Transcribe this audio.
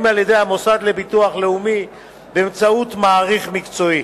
על-ידי המוסד לביטוח לאומי באמצעות מעריך מקצועי.